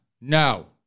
no